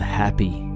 happy